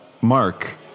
Mark